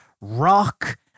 rock